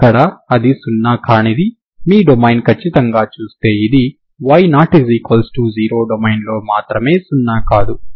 అక్కడ అది సున్నా కానిది మీ డొమైన్ ఖచ్చితంగా చూస్తే ఇది y≠0 డొమైన్లో మాత్రమే సున్నా కాదు